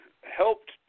helped